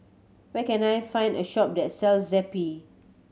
where can I find a shop that sells Zappy